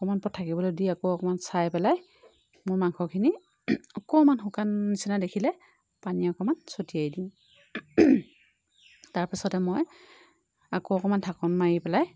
অকণমান পৰ থাকিবলৈ দি আকৌ অকণমান চাই পেলাই মই মাংসখিনি অকণমান শুকান নিচিনা দেখিলে পানী অকণমান চটিয়াই দিওঁ তাৰ পাছতে মই আকৌ অকণমান ঢাকন মাৰি পেলাই